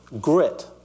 Grit